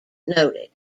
noted